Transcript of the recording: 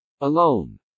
Alone